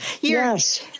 Yes